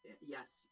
Yes